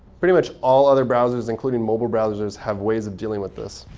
pretty much all other browsers, including mobile browsers, have ways of dealing with this.